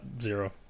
zero